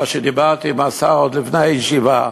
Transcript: מה שדיברתי עם השר עוד לפני הישיבה,